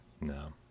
No